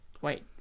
wait